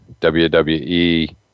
WWE